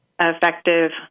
effective